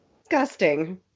disgusting